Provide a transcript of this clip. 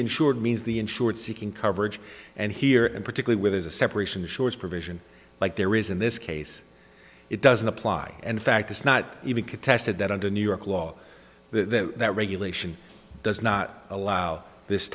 insured means the insured seeking coverage and here and particularly with there's a separation short provision like there is in this case it doesn't apply in fact it's not even contested that under new york law that that regulation does not allow this